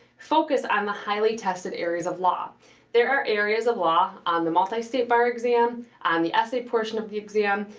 focus on the highly tested areas of law there are areas of law on the multi-state bar exam and the essay portion of the exam,